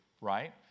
right